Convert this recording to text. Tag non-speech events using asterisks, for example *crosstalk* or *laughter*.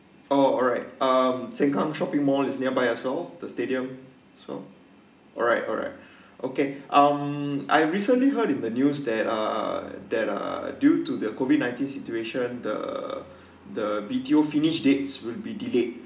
oh alright um sengkang shopping mall is nearby a store the stadium so alright alright okay um I recently heard in the news that uh that uh due to the COVID nineteen situation the *breath* the B_T_O finish date will be delayed